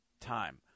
time